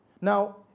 Now